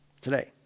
Today